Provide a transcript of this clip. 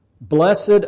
Blessed